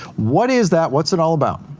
what is that? what's it all about?